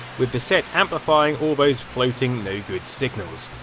with the set amplifying all those floating no good signals.